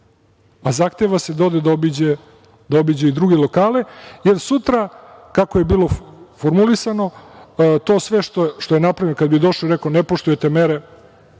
a zahteva se da ode, da obiđe i druge lokale, jer sutra, kako je bilo formulisano, to sve što je napravljeno, kada bi došao i rekao – ne poštujete mere,